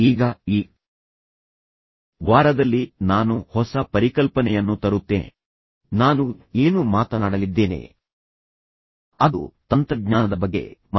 ಈಗ ಈ ವಾರದಲ್ಲಿ ನಾನು ಹೊಸ ಪರಿಕಲ್ಪನೆಯನ್ನು ತರುತ್ತೇನೆ ಮತ್ತು ನಂತರ ನಿಮಗೆ ಮತ್ತೆ ಏನನ್ನಾದರೂ ಪರಿಚಯಿಸುತ್ತೇನೆ ನೀವು ತುಂಬಾ ಲಘುವಾಗಿ ತೆಗೆದುಕೊಳ್ಳುತ್ತಿದ್ದೀರಿ ಮತ್ತು ಅದು ನಮ್ಮ ಇಡೀ ಜೀವನವನ್ನು ವ್ಯಾಪಿಸುತ್ತಿದೆ ಆದರೆ ನಾವು ನಿಲ್ಲಿಸುವುದಿಲ್ಲ